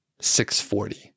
640